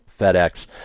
FedEx